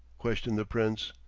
questioned the prince.